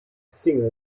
singer